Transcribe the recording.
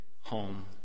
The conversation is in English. home